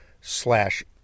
slash